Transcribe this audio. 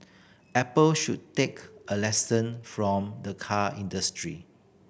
apple should take a lesson from the car industry